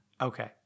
Okay